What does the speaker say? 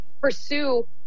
pursue